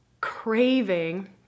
craving